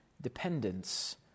dependence